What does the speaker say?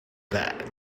bad